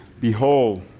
behold